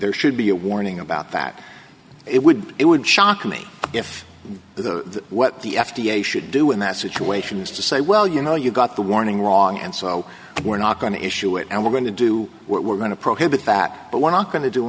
there should be a warning about that it would it would shock me if the what the f d a should do in that situation is to say well you know you got the warning wrong and so we're not going to issue it and we're going to do we're going to prohibit that but we're not going to do